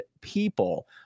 people